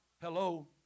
Hello